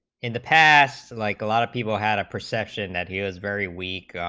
in the past like a lot of people have a perception that he is very weak,